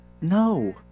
No